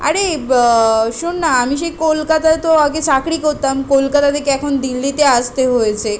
আরে শোন না আমি সেই কলকাতায় তো আগে চাকরি করতাম কলকাতা থেকে এখন দিল্লিতে আসতে হয়েছে